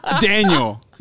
Daniel